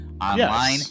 online